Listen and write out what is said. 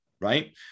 right